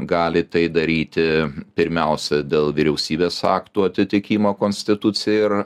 gali tai daryti pirmiausia dėl vyriausybės aktų atitikimo konstitucijai ir